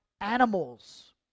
animals